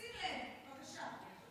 שים לב, בבקשה.